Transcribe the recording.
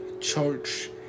church